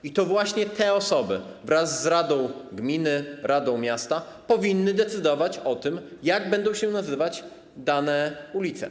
I to właśnie te osoby wraz z radą gminy, radą miasta powinny decydować o tym, jak będą się nazywać dane ulice.